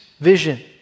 vision